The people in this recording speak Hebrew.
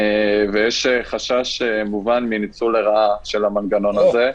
ויש חשש מובן מניצול לרעה של המנגנון הזה.